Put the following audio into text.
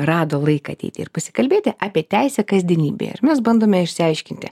rado laiką ateiti ir pasikalbėti apie teisę kasdienybėje ir mes bandome išsiaiškinti